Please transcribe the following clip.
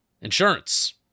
insurance